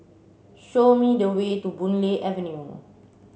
show me the way to Boon Lay Avenue